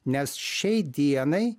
nes šiai dienai